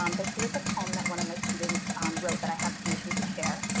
um but here's a poem that one of my students wrote that i have permission to share.